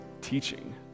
teaching